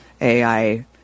ai